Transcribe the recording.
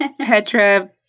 Petra